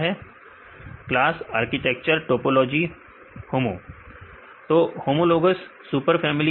विद्यार्थी class architecture विद्यार्थी topology topology विद्यार्थी होमो और होमोलोगज सुपर फैमिली